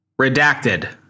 Redacted